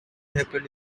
happened